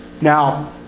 Now